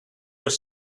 were